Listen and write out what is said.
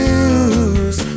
use